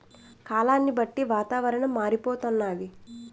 కాలాన్ని బట్టి వాతావరణం మారిపోతన్నాది